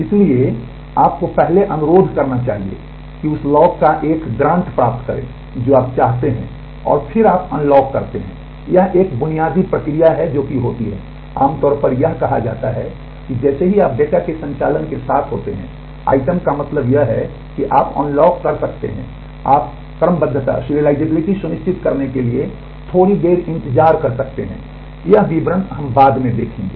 इसलिए आपको पहले अनुरोध करना चाहिए कि उस लॉक का एक अनुमति सुनिश्चित करने के लिए थोड़ी देर के लिए इंतजार कर सकते हैं ये विवरण हम बाद में देखेंगे